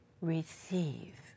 receive